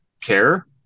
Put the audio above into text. care